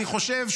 אני חושב,